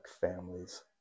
families